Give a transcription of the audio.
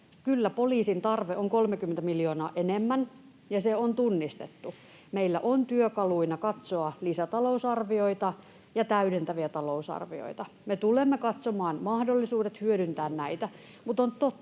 Kyllä poliisin tarve on 30 miljoonaa enemmän, ja se on tunnistettu. Meillä on työkaluina katsoa lisätalousarvioita ja täydentäviä talousarvioita. Me tulemme katsomaan mahdollisuudet hyödyntää näitä. Mutta on totta,